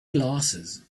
glasses